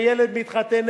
ילד מתחתן,